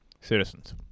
Citizens